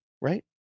right